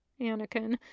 Anakin